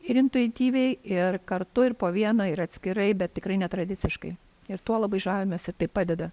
ir intuityviai ir kartu ir po vieną ir atskirai bet tikrai netradiciškai ir tuo labai žavimės ir tai padeda